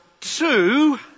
two